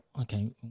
Okay